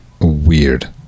weird